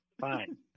Fine